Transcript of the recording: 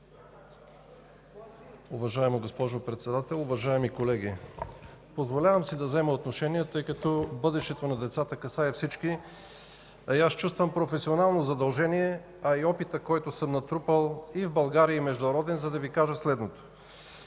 Уважаема госпожо Председател, уважаеми колеги! Позволявам си да взема отношение, тъй като бъдещето на децата касае всички ни, а и чувствам професионално задължение. Натрупал съм опит и в България, и международен опит и мога да кажа следното.